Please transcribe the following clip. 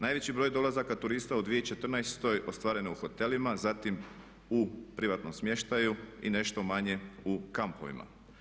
Najveći broj dolazaka turista u 2014. ostvarene u hotelima, zatim u privatnom smještaju i nešto manje u kampovima.